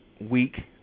week